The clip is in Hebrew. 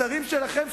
השרים שלכם,